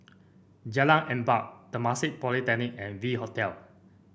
Jalan Empat Temasek Polytechnic and V Hotel